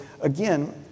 again